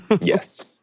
yes